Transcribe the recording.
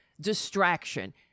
Distraction